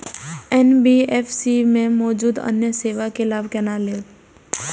NBFC में मौजूद अन्य सेवा के लाभ केना लैब?